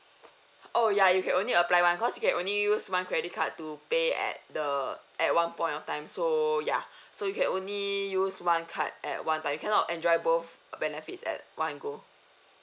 oh ya you can only apply one because you can only use one credit card to pay at the at one point of time so ya so you can only use one card at one time you cannot enjoy both benefits at one go